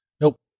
Nope